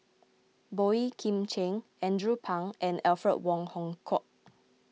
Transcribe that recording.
Boey Kim Cheng Andrew Phang and Alfred Wong Hong Kwok